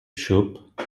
xup